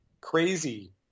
crazy